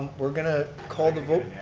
we're going to call the vote.